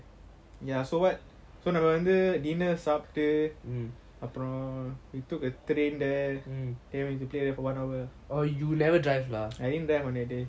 oh you never drive ah